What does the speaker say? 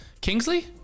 Kingsley